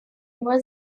его